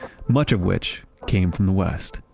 much of which came from the west.